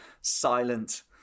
Silent